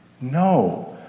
No